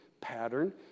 pattern